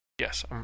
Yes